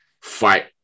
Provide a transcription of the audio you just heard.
fight